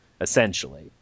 essentially